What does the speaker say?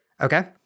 okay